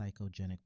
psychogenic